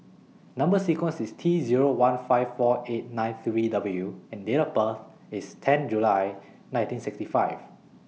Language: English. Number sequence IS T Zero one five four eight nine three W and Date of birth IS ten July nineteen sixty five